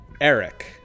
Eric